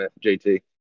JT